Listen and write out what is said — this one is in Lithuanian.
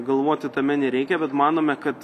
galvoti tame nereikia bet manome kad